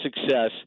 success